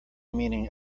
meaning